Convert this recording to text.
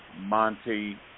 Monte